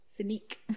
Sneak